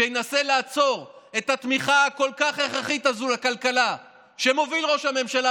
שינסה לעצור את התמיכה הכל-כך הכרחית הזו לכלכלה שמוביל ראש הממשלה,